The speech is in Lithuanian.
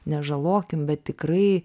nežalokim bet tikrai